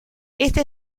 este